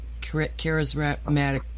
charismatic